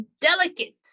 Delicate